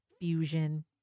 fusion